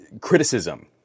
criticism